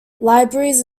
libraries